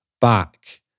back